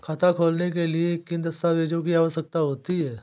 खाता खोलने के लिए किन दस्तावेजों की आवश्यकता होती है?